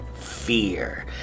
fear